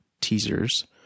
teasers